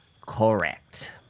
correct